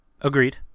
Agreed